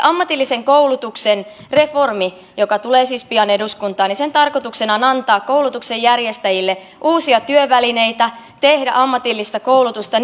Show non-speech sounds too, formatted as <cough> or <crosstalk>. <unintelligible> ammatillisen koulutuksen reformin joka tulee siis pian eduskuntaan tarkoituksena on antaa koulutuksenjärjestäjille uusia työvälineitä tehdä ammatillista koulutusta <unintelligible>